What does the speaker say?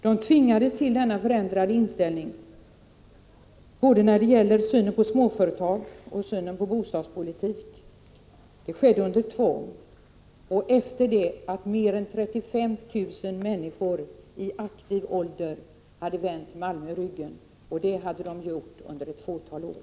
De tvingades till en förändrad inställning både till småföretag och när det gällde bostadspolitiken. Det skedde under tvång och efter det att mer än 35 000 människor i aktiv ålder hade vänt Malmö ryggen, och det under ett fåtal år.